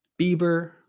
Bieber